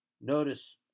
Notice